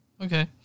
okay